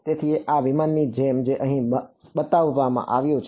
તેથી આ વિમાનની જેમ જે અહીં બતાવવામાં આવ્યું છે